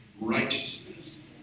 Righteousness